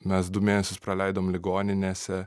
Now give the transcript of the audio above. mes du mėnesius praleidom ligoninėse